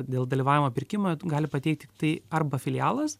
dėl dalyvavimo pirkime gali pateikt tiktai arba filialas